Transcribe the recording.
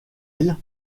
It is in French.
elle